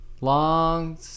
Long